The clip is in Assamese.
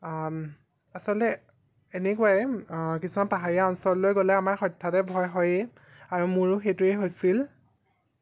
আচলতে এনেকুৱাই কিছুমান পাহাৰীয়া অঞ্চললৈ গ'লে আমাৰ হঠাতে ভয় হয়েই আৰু মোৰো সেইটোৱে হৈছিল